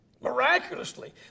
miraculously